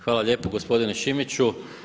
Hvala lijepo gospodine Šimiću.